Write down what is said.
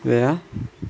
wait ah